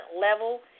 level